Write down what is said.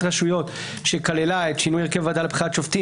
רשויות שכללה את שינוי הרכב הוועדה לבחירת שופטים,